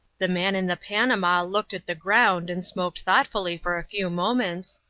the man in the panama looked at the ground and smoked thoughtfully for a few moments,